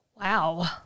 Wow